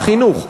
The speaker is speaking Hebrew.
החינוך,